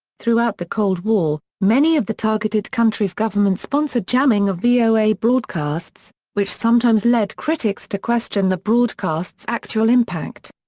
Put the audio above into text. throughout the cold war, many of the targeted countries' governments sponsored jamming of voa broadcasts, which sometimes led critics to question the broadcasts' actual impact.